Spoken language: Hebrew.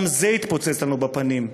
גם זה התפוצץ לנו בפנים,